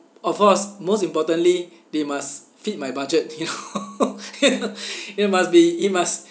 of course most importantly they must fit my budget you know you know you know must be it must